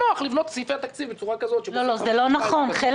לעשות יותר בזול נתתי קודם את הדוגמה של החשמול לעשות